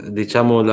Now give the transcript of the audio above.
diciamo